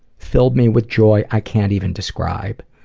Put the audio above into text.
filled me with joy i can't even describe.